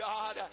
God